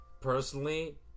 personally